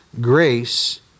grace